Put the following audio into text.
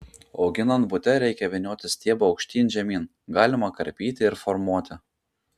auginant bute reikia vynioti stiebą aukštyn žemyn galima karpyti ir formuoti